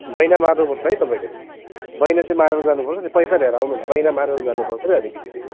बैना मार्नुपर्छ है तपाईँले बैना चाहिँ मारेर जानुपर्छ नि पैसा लिएर आउनुहोस् बैना मारेर जानुपर्छ कि अलिकति चाहिँ